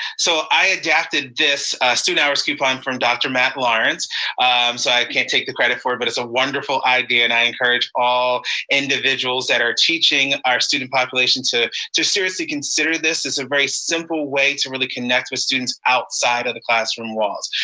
so i adapted this hours coupon from dr. matt lawrence. so i can't take the credit for it, but it's a wonderful idea. and i encourage all individuals that are teaching our student population to to seriously consider this as a very simple way to really connect with students outside of the classroom walls.